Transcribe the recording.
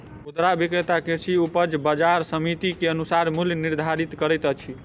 खुदरा विक्रेता कृषि उपज बजार समिति के अनुसार मूल्य निर्धारित करैत अछि